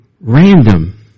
random